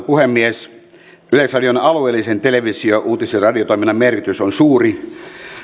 puhemies yleisradion alueellisen televisio uutis ja radiotoiminnan merkitys on suuri